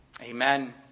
Amen